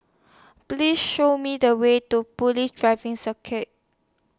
Please Show Me The Way to Police Driving Circuit